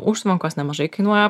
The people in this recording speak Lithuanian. užtvankos nemažai kainuoja